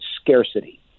scarcity